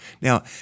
Now